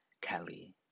Kelly